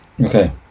Okay